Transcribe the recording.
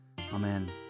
Amen